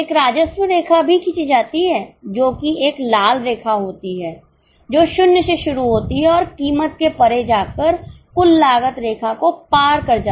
एक राजस्व रेखा भी खींची जाती है जो कि एक लाल रेखा होती है जो 0 से शुरू होती है और कीमत से परे जाकर कुल लागत रेखा को पार कर जाती है